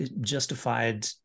justified